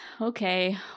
Okay